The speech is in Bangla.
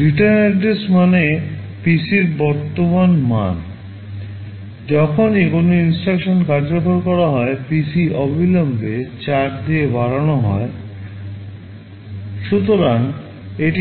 রিটার্ন এড্রেস সংরক্ষণ করা হবে